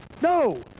no